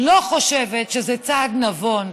לא חושבת שזה צעד נבון,